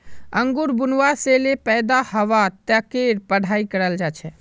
अंगूर बुनवा से ले पैदा हवा तकेर पढ़ाई कराल जा छे